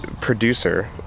producer